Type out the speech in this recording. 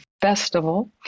festival